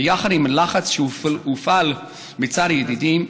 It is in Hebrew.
ביחד עם הלחץ שהופעל מצד ידידים,